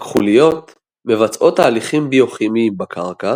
הכחוליות מבצעות תהליכים ביוכימיים בקרקע